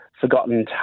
Forgotten